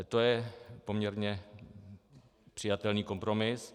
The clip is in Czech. To je poměrně přijatelný kompromis.